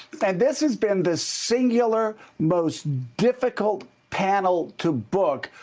and this has been the singular most difficult panel to book,